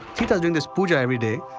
sita's doing this pooja every day.